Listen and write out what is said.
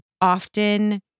often